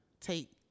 take